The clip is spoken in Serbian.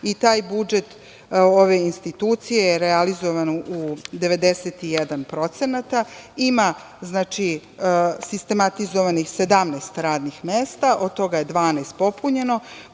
i taj budžet ove institucije je realizovan u 91%. Ima sistematizovanih 17 radnih mesta, od toga je 12 popunjeno,